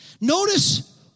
Notice